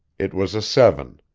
it was a seven.